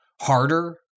harder